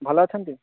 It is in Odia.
ଭଲ ଅଛନ୍ତି